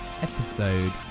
episode